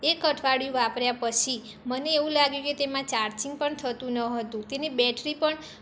એક અઠવાડિયું વાપર્યા પછી મને એવું લાગ્યું કે તેમાં ચાર્જિંગ પણ થતું ન હતું તેની બેટરી પણ